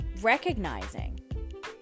recognizing